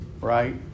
right